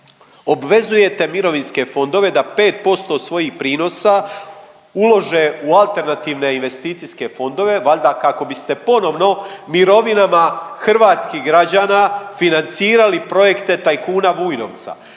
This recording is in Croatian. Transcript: Obvezujete mirovinske fondove da 5% svojih prinosa ulože u AIF-ove, valjda kako biste ponovno mirovinama hrvatskih građana financirali projekte tajkuna Vujnovca,